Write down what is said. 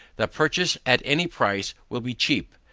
the purchase at any price will be cheap.